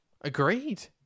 Agreed